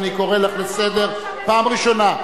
אני קורא אותך לסדר פעם ראשונה.